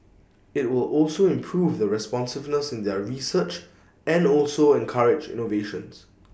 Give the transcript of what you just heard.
IT will also improve the responsiveness in their research and also encourage innovations